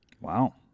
Wow